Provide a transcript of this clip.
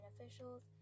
officials